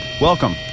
Welcome